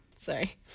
Sorry